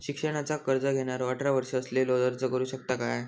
शिक्षणाचा कर्ज घेणारो अठरा वर्ष असलेलो अर्ज करू शकता काय?